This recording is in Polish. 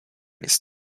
jest